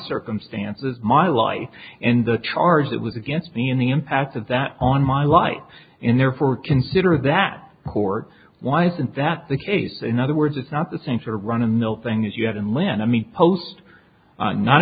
circumstances my life and the charge that was against me in the impact that that on my life and therefore consider that court why isn't that the case in other words it's not the same to run a mill thing as you have and when i meet post